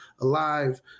alive